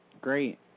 Great